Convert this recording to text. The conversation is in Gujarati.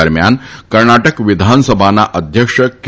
દરમ્યાન કર્ણાટક વિધાનસભાના અધ્યક્ષ કેર